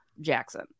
Jackson